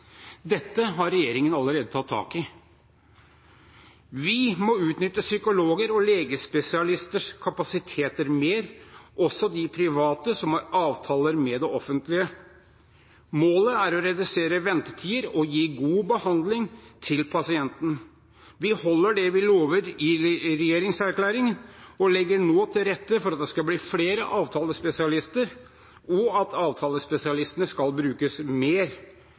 Dette har regjeringen allerede tatt tak i. Vi må utnytte psykologer og legespesialisters kapasitet mer, også de private som har avtaler med det offentlige. Målet er å redusere ventetider og gi god behandling til pasienten. Vi holder det vi lover i regjeringserklæringen, og legger nå til rette for at det skal bli flere avtalespesialister, og at avtalespesialistene skal brukes mer.